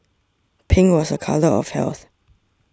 pink was a colour of health